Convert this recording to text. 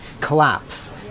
collapse